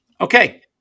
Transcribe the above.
Okay